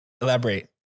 Elaborate